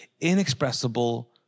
inexpressible